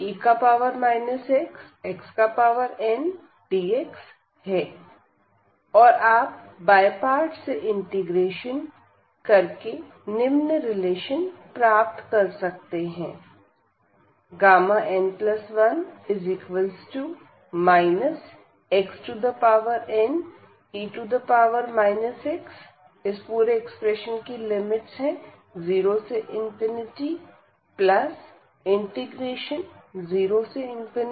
और आप by parts से इंटीग्रेशन करके निम्न रिलेशन प्राप्त कर सकते हैं n1 xne x